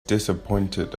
disappointed